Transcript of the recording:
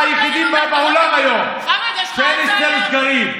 אנחנו היחידים בעולם היום שאין אצלם סגרים.